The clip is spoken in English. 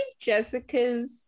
jessica's